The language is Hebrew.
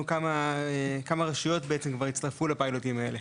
כמה רשויות בעצם כבר הצטרפו לפיילוטים האלו?